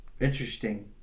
interesting